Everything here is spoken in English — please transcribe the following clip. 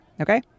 Okay